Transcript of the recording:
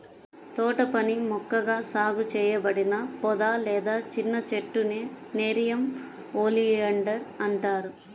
తోటపని మొక్కగా సాగు చేయబడిన పొద లేదా చిన్న చెట్టునే నెరియం ఒలియాండర్ అంటారు